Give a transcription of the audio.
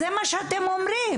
זה מה שאתם אומרים.